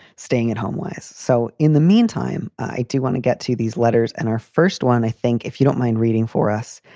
staying at home was. so in the meantime, i do want to get to these letters and our first one, i think, if you don't mind reading for us,